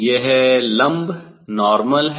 यह लम्ब है